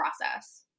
process